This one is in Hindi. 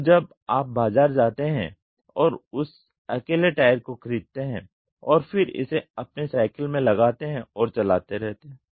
तो जब आप बाजार जाते हैं और उस अकेले टायर को खरीदते हैं और फिर इसे अपने साइकिल में लगाते हैं और चलाते रहते हैं